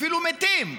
אפילו מתים.